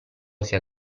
sia